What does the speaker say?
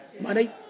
Money